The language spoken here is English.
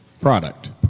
product